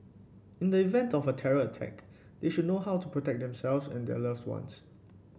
in the event of a terror attack they should know how to protect themselves and their loved ones